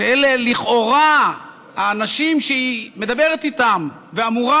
שאלה לכאורה האנשים שהיא מדברת איתם ואמורה